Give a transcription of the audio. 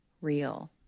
real